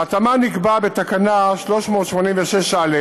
בהתאמה נקבע בתקנה 386(א)